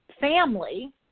family